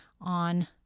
on